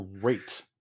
Great